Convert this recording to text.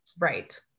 right